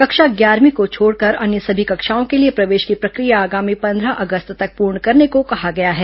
कक्षा ग्यारहवीं को छोड़कर अन्य सभी कक्षाओं के लिए प्रवेश की प्रक्रिया आगामी पंद्रह अगस्त तक पूर्ण करने को कहा गया है